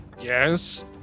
Yes